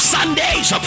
Sundays